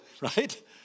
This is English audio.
right